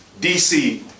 DC